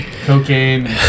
Cocaine